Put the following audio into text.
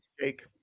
Jake